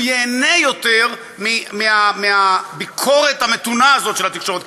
הוא ייהנה יותר מהביקורת המתונה הזאת של התקשורת,